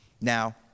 now